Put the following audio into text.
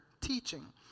teaching